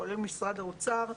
כולל משרד האוצר,